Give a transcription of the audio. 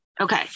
Okay